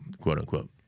quote-unquote